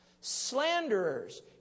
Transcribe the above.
Slanderers